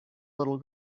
little